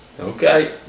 Okay